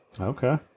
Okay